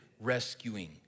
rescuing